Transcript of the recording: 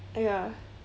ah ya